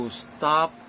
stop